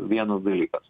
vienas dalykas